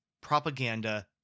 propaganda